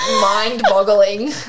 mind-boggling